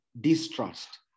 distrust